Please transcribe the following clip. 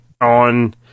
on